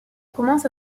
commence